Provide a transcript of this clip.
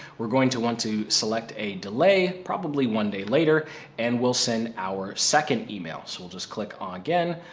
we're going to want to select a delay probably one day later and we'll send our second email. so we'll just click on again.